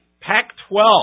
Pac-12